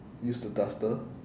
used the duster